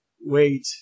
wait